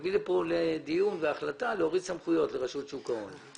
אביא לכאן לדיון והחלטה להוריד סמכויות לרשות שוק ההון.